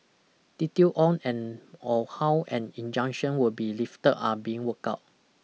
detail on and or how an injunction will be lifted are being worked out